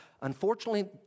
Unfortunately